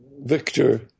Victor